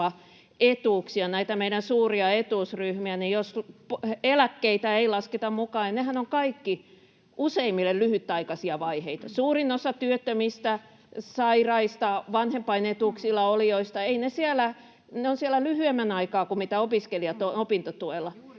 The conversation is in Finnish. perusturvaetuuksia, näitä meidän suuria etuusryhmiä, niin jos eläkkeitä ei lasketa mukaan, niin nehän ovat kaikki useimmille lyhytaikaisia vaiheita. Suurin osa työttömistä, sairaista ja vanhempainetuuksilla olijoista ovat siellä lyhyemmän aikaa kuin mitä opiskelijat opintotuella.